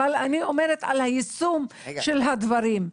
אבל אני אומרת על היישום של הדברים,